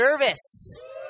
service